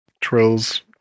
Trill's